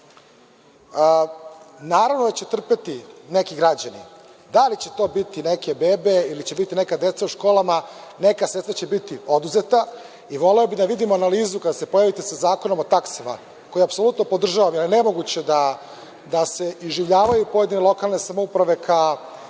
da će trpeti neki građani. Da li će to biti neke bebe ili će biti neka deca u školama, neka sredstva će biti oduzeta i voleo bih da vidim analizu kada se pojavite sa Zakonom o taksama, koju apsolutno podržavam, jer je nemoguće da se iživljavaju pojedine lokalne samouprave ka